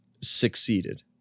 succeeded